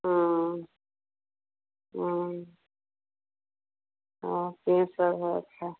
हाँ हाँ हाँ सिंहेस्वर है अच्छा